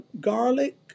garlic